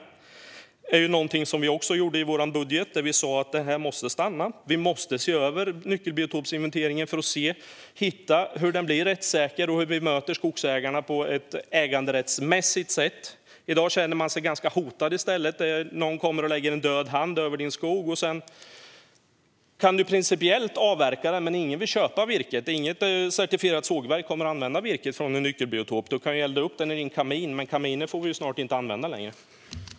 I vår budget sa vi också att detta måste stanna. Vi måste se över nyckelbiotopsinventeringen för att se hur den blir rättssäker och hur vi möter skogsägarna på ett äganderättsmässigt sätt. I dag känner de sig hotade i stället. Det är som om någon kommer och lägger en död hand över skogen. Man får i princip avverka den, men ingen vill köpa virket. Inget certifierat sågverk kommer att använda virke från en nyckelbiotop. Man kan elda upp det i kaminen, men kaminer får vi snart inte använda längre.